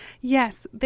Yes